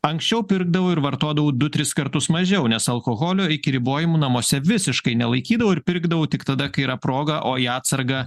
anksčiau pirkdavau ir vartodavau du tris kartus mažiau nes alkoholio iki ribojimų namuose visiškai nelaikydavau ir pirkdavau tik tada kai yra proga o į atsargą